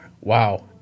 wow